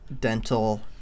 dental